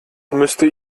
müsste